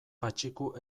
patxiku